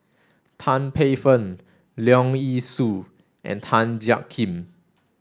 Tan Paey Fern Leong Yee Soo and Tan Jiak Kim